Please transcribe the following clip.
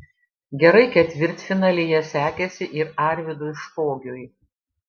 gerai ketvirtfinalyje sekėsi ir arvydui špogiui